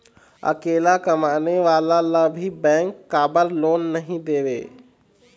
अकेला कमाने वाला ला भी बैंक काबर लोन नहीं देवे?